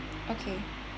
okay